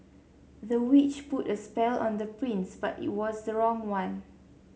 the witch put a spell on the prince but it was the wrong one